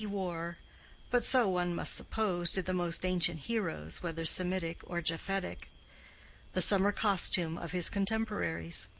he wore but so, one must suppose, did the most ancient heroes, whether semitic or japhetic the summer costume of his contemporaries.